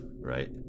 right